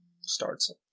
starts